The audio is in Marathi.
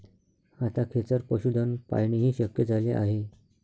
आता खेचर पशुधन पाळणेही शक्य झाले आहे